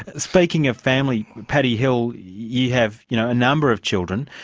speaking of family, paddy hill, you have you know a number of children,